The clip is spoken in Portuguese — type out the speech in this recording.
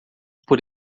por